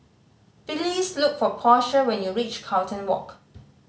please look for Portia when you reach Carlton Walk